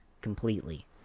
completely